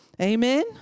Amen